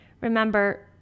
Remember